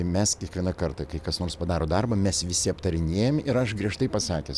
mes kiekvieną kartą kai kas nors padaro darbą mes visi aptarinėjam ir aš griežtai pasakęs